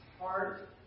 heart